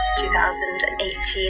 2018